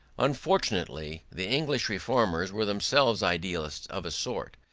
unfortunately the english reformers were themselves idealists of a sort,